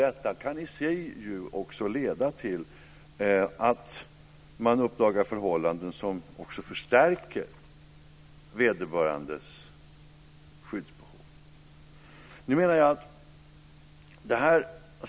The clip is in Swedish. Detta kan i sig leda till att man uppdagar förhållanden som förstärker vederbörandes skyddsbehov.